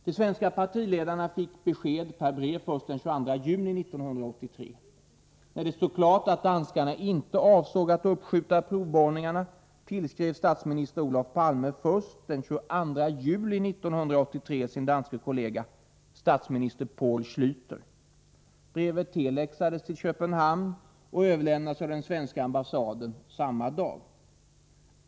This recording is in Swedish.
De svenska partiledarna fick besked per brev först den 22 juni 1983. När det stod klart att danskarna inte avsåg att uppskjuta provborrningarna tillskrev statsminister Olof Palme först den 22 juli 1983 sin danske kollega, statsminister Poul Schläter. Brevet telexades till Köpenhamn och överlämnades av den svenska ambassaden samma dag.